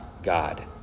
God